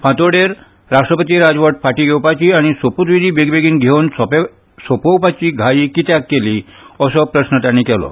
फांतोडेर राष्ट्रपती राजवट फांटी घेवपाची आनी सोप्रतविधी बेगीबेगीन घेवन सोपोवपाची घाई कित्याक केली असो प्रस्न तांणी केलो